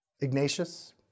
Ignatius